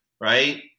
right